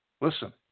Listen